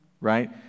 right